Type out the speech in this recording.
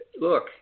look